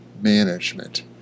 management